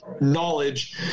knowledge